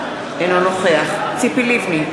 אינו נוכח ציפי לבני,